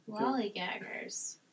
Lollygaggers